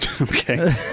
Okay